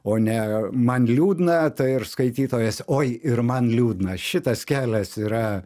o ne man liūdna tai ir skaitytojas oi ir man liūdna šitas kelias yra